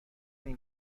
این